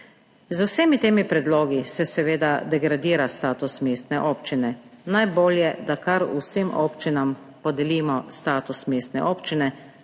Z vsemi temi predlogi se, seveda, degradira status mestne občine. Najbolje, da kar vsem občinam podelimo status mestne občine,